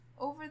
over